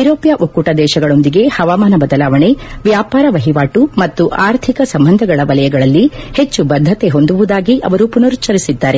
ಐರೋಪ್ಯ ಒಕ್ಕೂಟ ದೇಶಗಳೊಂದಿಗೆ ಹವಾಮಾನ ಬದಲಾವಣೆ ವ್ಯಾಪಾರ ವಹಿವಾಟು ಮತ್ತು ಅರ್ಥಿಕ ಸಂಬಂಧಗಳ ವಲಯಗಳಲ್ಲಿ ಹೆಚ್ಚು ಬದ್ದತೆ ಹೊಂದುವುದಾಗಿ ಅವರು ಪುನರುಚ್ಚರಿಸಿದ್ದಾರೆ